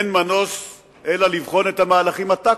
אין מנוס אלא לבחון את המהלכים הטקטיים,